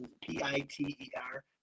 P-I-T-E-R